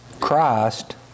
Christ